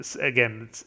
again